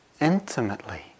intimately